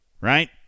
right